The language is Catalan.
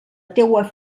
teua